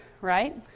right